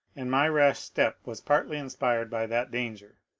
and my rash step was partly inspired by that danger.